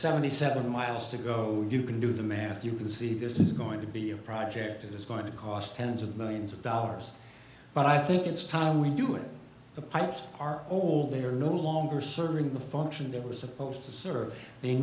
seventy seven miles to go you can do the math you can see this is going to be a project that is going to cost tens of millions of dollars but i think it's time we do it the pipes are old they are no longer serving the function they were supposed to serve they